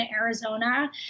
Arizona